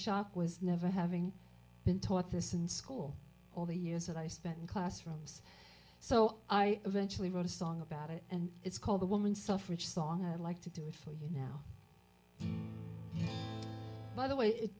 shock was never having been taught this in school or the years that i spent in classrooms so i eventually wrote a song about it and it's called the woman suffrage song i'd like to do it for you now by the way it